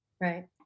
Right